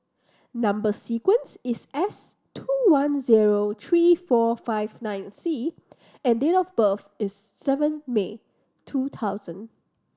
number sequence is S two one zero three four five nine C and date of birth is seven May two thousand